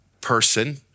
person